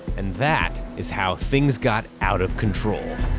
and that is how things got out of control.